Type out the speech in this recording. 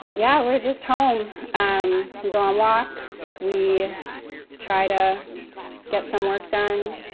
yeah, we're just home. um we go on walks we try to get some work done.